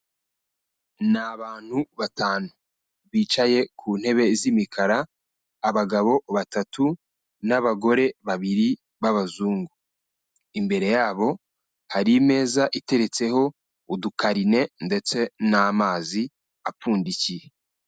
Ni abantu batanu bicaye ku ntebe z'imikara, abagabo batatu n'abagore babiri b'abazungu. Imbere yabo hari imeza iteretseho udukarine ndetse n'amazi apfundikiye.